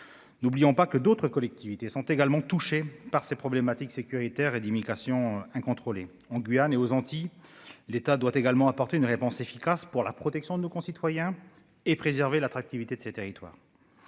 N'oublions pas que d'autres collectivités sont concernées par ces questions sécuritaires ou d'immigration incontrôlée. En Guyane et aux Antilles, l'État doit y apporter une réponse efficace pour protéger nos concitoyens et préserver l'attractivité de ces territoires.